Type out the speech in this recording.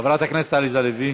חברת הכנסת עליזה לביא.